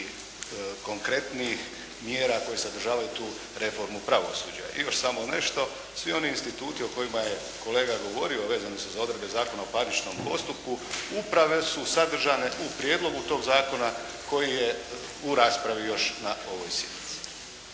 konkretnijih mjera koje sadržavaju tu reformu pravosuđa. I još samo nešto, svi oni instituti o kojima je kolega govorio vezani su za odredbe Zakona o parničnom postupku, upravo su sadržane u prijedlogu tog zakona koji je u raspravi još na ovoj sjednici.